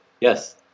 Yes